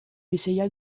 essaya